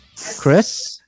Chris